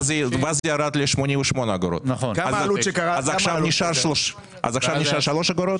אז עכשיו נשארו שלוש אגורות.